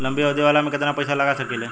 लंबी अवधि वाला में केतना पइसा लगा सकिले?